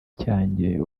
cyanjye